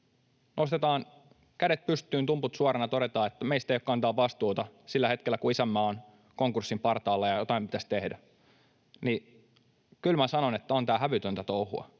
Nostetaan kädet pystyyn, tumput suorana todetaan, että meistä ei ole kantamaan vastuuta sillä hetkellä, kun isänmaa on konkurssin partaalla ja jotain pitäisi tehdä. Kyllä minä sanon, että on tämä hävytöntä touhua.